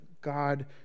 God